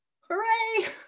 Hooray